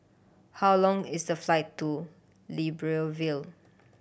how long is the flight to Libreville